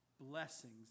blessings